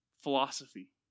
philosophy